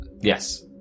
yes